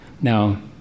Now